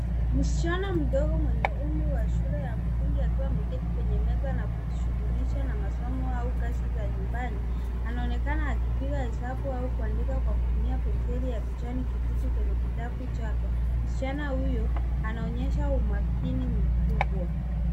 Msichana mdogo mwenye umri wa shule ya msingi akiwa ameketi kwenye meza na kujishughulisha na masomo au kazi za nyumbani anaonekana akipiga hesabu au kuandika kwa kutumia penseli ya kijani kibichi kwenye kitabu chake, msichana huyu anaonyesha umakini mkubwa.